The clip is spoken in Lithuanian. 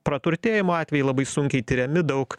praturtėjimo atvejai labai sunkiai tiriami daug